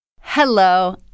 Hello